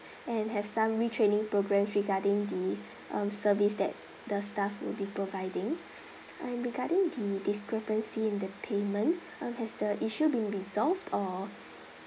and have some retraining programs regarding the um service that the staff will be providing um regarding the discrepancy in the payment um has the issue being resolved or